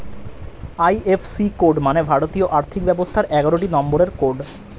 IFC code মানে ভারতীয় আর্থিক ব্যবস্থার এগারোটি নম্বরের কোড